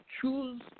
choose